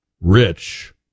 rich